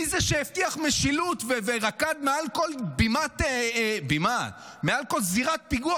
מי זה שהבטיח משילות ורקד מעל כל זירת פיגוע